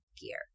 gear